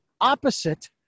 opposite